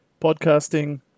podcasting